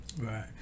Right